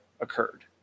occurred